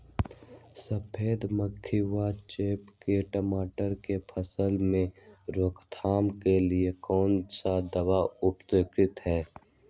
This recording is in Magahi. सफेद मक्खी व चेपा की टमाटर की फसल में रोकथाम के लिए कौन सा दवा उपयुक्त है?